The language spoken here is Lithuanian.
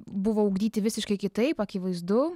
buvo ugdyti visiškai kitaip akivaizdu